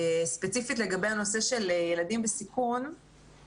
ספציפית לגבי הנושא של ילדים בסיכון,